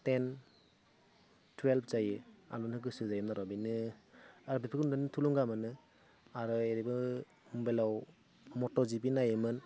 ten twelve जायो तारमाने गोसो जायोमोन आरो बिदिनो आरो बेफोरखौ नुनानै थुलुंगा मोनो आरो एरैबो मबाइलआव मट'जिबि नायोमोन